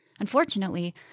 Unfortunately